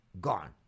gone